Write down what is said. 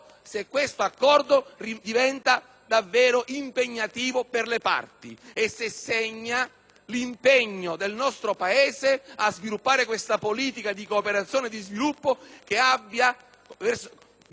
l'impegno del nostro Paese a sviluppare questa politica di cooperazione e di sviluppo che abbia verso il Nord Africa (per allargarsi all'intero continente africano) una nuova ragione, che trova